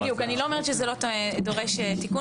בדיוק, אני לא אומרת שזה לא דורש תיקון.